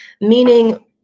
Meaning